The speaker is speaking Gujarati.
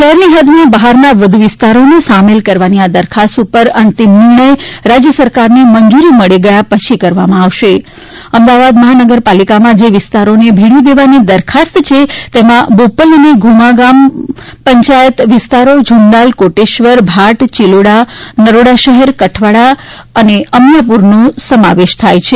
શહેરની હદમાં બહારના વધુ વિસ્તારોને સામેલ કરવાની આ દરખાસ્ત ઉપર અંતિમ નિર્ણય રાજ્ય સરકારની મંજૂરી મળી ગયા પછી કરવામાં આવશે અમદાવાદ મહાનગર પાલિકામાં જે વિસ્તારોને ભેળવી દેવાની દરખાસ્ત છે તેમાં બોપલ અને ધુમા ગ્રામ પંચાયતના વિસ્તારો ઝુંડાલ કોટેશ્વર ભાટ ચિલોડા નરોડા શહેર કઠવાડા અને અમીયાપુરનો સમાવેશ થાય છે